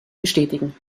bestätigen